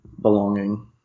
belonging